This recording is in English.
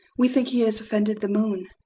we think he has offended the moon.